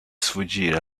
sfuggire